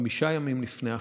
חמישה ימים לפני ההכרזה.